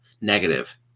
negative